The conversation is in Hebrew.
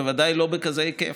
בוודאי לא בכזה היקף,